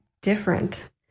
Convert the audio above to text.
different